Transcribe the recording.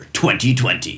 2020